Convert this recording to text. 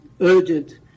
urgent